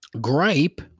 Gripe